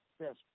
Yes